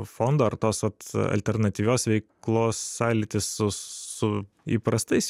fondo ar tos vat alternatyvios veiklos sąlytis su įprastais